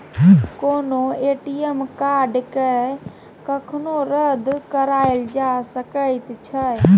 कोनो ए.टी.एम कार्डकेँ कखनो रद्द कराएल जा सकैत छै